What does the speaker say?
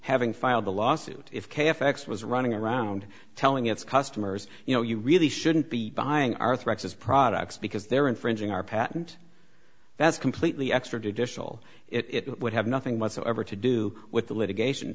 having filed the lawsuit if k f x was running around telling its customers you know you really shouldn't be buying arthritis products because they're infringing our patent that's completely extrajudicial it would have nothing whatsoever to do with the litigation